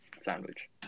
sandwich